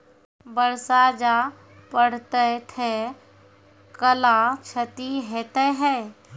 बरसा जा पढ़ते थे कला क्षति हेतै है?